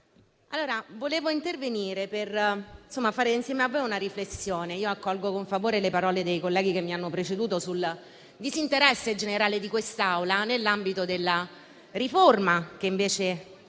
vorrei intervenire per fare insieme a voi una riflessione. Accolgo con favore le parole dei colleghi che mi hanno preceduto sul disinteresse generale di questa Assemblea nell'ambito della riforma che invece